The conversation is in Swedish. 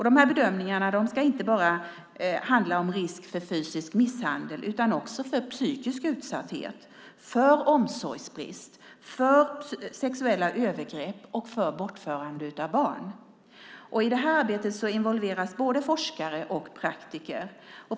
De här bedömningarna ska inte bara handla om risk för fysisk misshandel utan också för psykisk utsatthet, för omsorgsbrist, för sexuella övergrepp och för bortförande av barn. I det här arbetet involveras både forskare och praktiker.